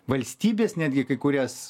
valstybės netgi kai kurias